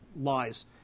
lies